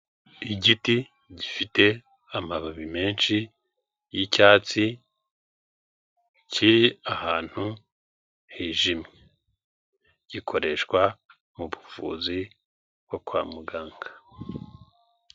Igiti gifite amababi menshi y'icyatsi kiri ahantu hijimye, gikoreshwa mu buvuzi bwo kwa muganga.